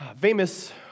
famous